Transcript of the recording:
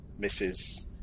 Mrs